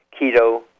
keto